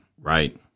Right